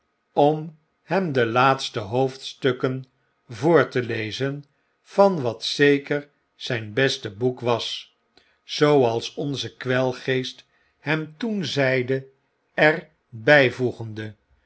om hem de laatste hoofdstukken voor te lezen van wat zeker zijnbeste boek was zooals onze kwelgeest hem toen zeide er